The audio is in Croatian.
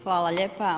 Hvala lijepa.